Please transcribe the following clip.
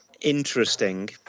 interesting